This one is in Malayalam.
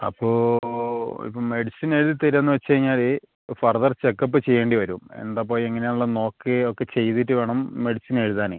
അപ്പോൾ ഇപ്പം മെഡിസിൻ എഴുതി തരുക എന്ന് വെച്ചുകഴിഞ്ഞാൽ ഫർദർ ചെക്കപ്പ് ചെയ്യേണ്ടി വരും എന്താണ് ഇപ്പം എങ്ങനെയാണെന്ന് എല്ലാം നോക്കി ഒക്കെ ചെയ്തിട്ട് വേണം മെഡിസിൻ എഴുതാൻ